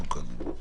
המונח